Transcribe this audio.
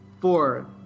Four